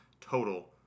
total